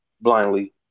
blindly